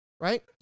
right